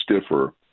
stiffer